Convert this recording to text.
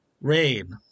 rain